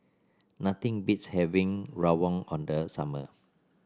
nothing beats having rawon the summer